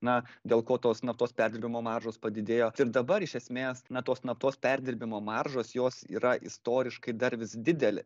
na dėl ko tos naftos perdirbimo maržos padidėjo ir dabar iš esmės na tos naftos perdirbimo maržos jos yra istoriškai dar vis didelė